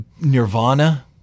Nirvana